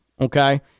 okay